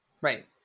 Right